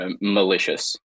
malicious